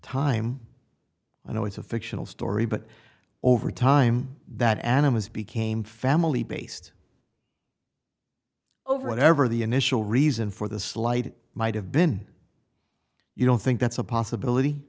time i know it's a fictional story but over time that animals became family based over whatever the initial reason for the slight might have been you don't think that's a possibility